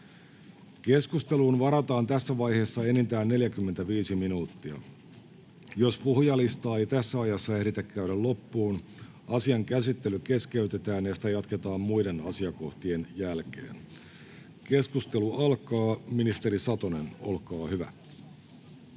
Keskusteluun varataan tässä vaiheessa enintään 45 minuuttia. Jos puhujalistaa ei tässä ajassa ehditä käydä loppuun, asian käsittely keskeytetään ja sitä jatketaan muiden asiakohtien jälkeen. — Keskustelu alkaa. Ministeri Satonen, olkaa hyvä.